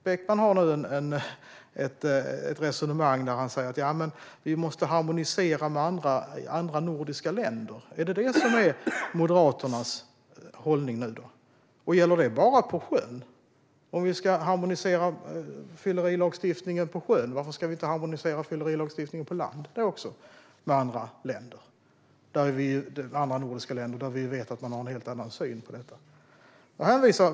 Beckman för ett resonemang om att harmonisera med andra nordiska länder. Är det Moderaternas hållning? Gäller det bara på sjön? Om vi ska harmonisera fyllerilagstiftningen på sjön med andra nordiska länder som har en helt annan syn i frågorna, varför ska vi inte harmonisera fyllerilagstiftningen på land?